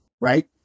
right